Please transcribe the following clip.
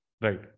Right